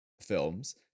films